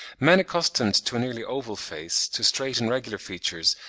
men accustomed to a nearly oval face, to straight and regular features,